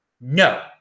No